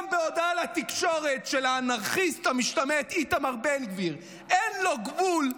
גם בהודעה לתקשורת של האנרכיסט המשתמש איתמר בן גביר אין לו גבול,